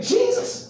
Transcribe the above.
Jesus